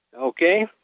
Okay